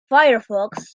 firefox